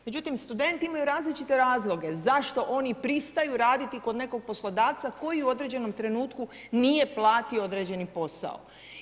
Međutim studenti imaju različite razloge zašto oni pristaju raditi kod nekog poslodavca koji u određenom trenutku nije platio određeni posao?